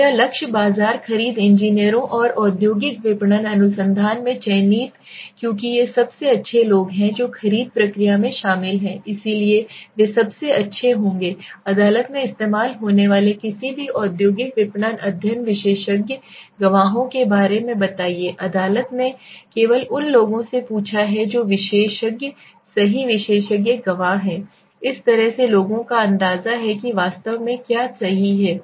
तो मेरा लक्ष्य बाजार खरीद इंजीनियरों एक औद्योगिक विपणन अनुसंधान में चयनित क्योंकि ये सबसे अच्छे लोग हैं जो खरीद प्रक्रिया में शामिल हैं इसलिए वे सबसे अच्छे होंगे अदालत में इस्तेमाल होने वाले किसी भी औद्योगिक विपणन अध्ययन विशेषज्ञ गवाहों के बारे में बताइए अदालत ने केवल उन लोगों से पूछा जो विशेषज्ञ सही विशेषज्ञ गवाह हैं इस तरह से लोगों का अंदाजा है कि वास्तव में क्या सही है